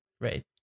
Right